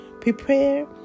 Prepare